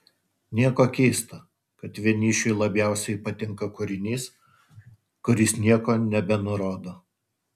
nieko keista kad vienišiui labiausiai patinka kūrinys kuris nieko nebenurodo